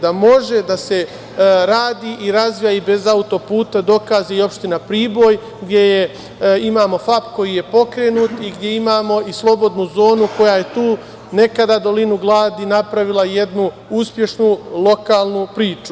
Da može da se radi i razvija bez autoputa dokaz je i opština Priboj gde imamo „Fap“ koji je pokrenut i gde imamo i slobodnu zonu koja je tu, nekada dolinu gladi, napravila jednu uspešnu lokalnu priču.